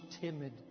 timid